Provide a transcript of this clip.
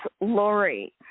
Lori